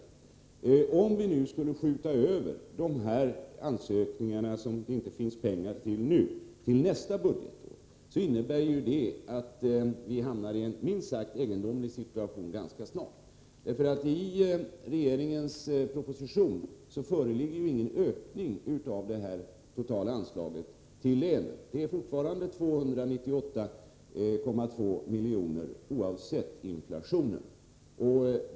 Om vi till nästa budgetår skulle skjuta över de ansökningar som det inte finns pengar till nu, skulle det innebära att vi ganska snart hamnade i en minst sagt egendomlig situation, eftersom det i regeringens proposition inte föreslås någon ökning av det totala anslaget till länen. Det är fortfarande 298,2 miljoner oavsett inflationen.